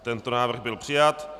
Tento návrh byl přijat.